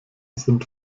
sind